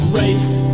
race